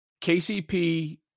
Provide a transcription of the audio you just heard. KCP